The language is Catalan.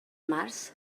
març